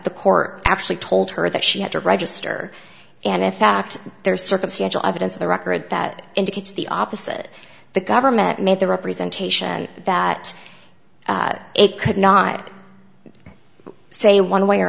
the court actually told her that she had to register and in fact there's circumstantial evidence of a record that indicates the opposite the government made the representation that it could not say one way or